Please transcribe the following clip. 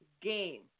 game